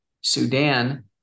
Sudan